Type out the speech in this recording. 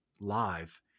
live